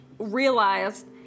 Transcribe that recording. realized